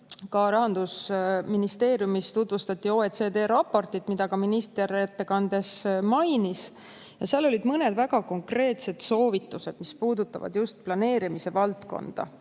ka Rahandusministeeriumis tutvustati OECD raportit, mida ka minister oma ettekandes mainis. Seal olid mõned väga konkreetsed soovitused, mis puudutavad just planeerimise valdkonda.